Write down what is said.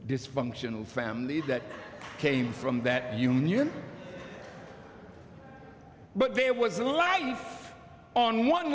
dysfunctional family that came from that union but there was no life on one